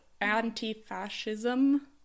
anti-fascism